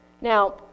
Now